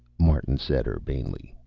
martin said urbanely,